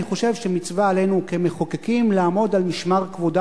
אני חושב שמצווה עלינו כמחוקקים לעמוד על משמר כבוד